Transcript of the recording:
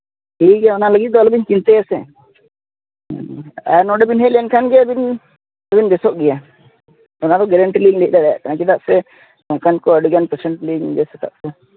ᱴᱷᱤᱠᱜᱮᱭᱟ ᱚᱱᱟ ᱞᱟᱹᱜᱤᱫ ᱫᱚ ᱟᱞᱚᱵᱤᱱ ᱪᱤᱱᱛᱟᱹᱭᱟᱥᱮ ᱟᱨ ᱱᱚᱰᱮᱵᱤᱱ ᱦᱮᱡ ᱞᱮᱱᱠᱷᱟᱱᱜᱮ ᱟᱹᱵᱤᱱᱵᱤᱱ ᱵᱮᱥᱚ ᱜᱮᱭᱟ ᱚᱱᱟᱫᱚ ᱜᱮᱨᱮᱱᱴᱤᱞᱤᱧ ᱞᱟᱹᱭ ᱫᱟᱲᱮᱭᱟᱜ ᱠᱟᱱᱟ ᱪᱮᱫᱟᱜ ᱥᱮ ᱚᱱᱠᱟᱱᱠᱚ ᱟᱹᱰᱤᱜᱟᱱ ᱯᱮᱥᱮᱱᱴᱞᱤᱧ ᱵᱮᱥ ᱟᱠᱟᱫ ᱠᱚᱣᱟ